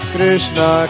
Krishna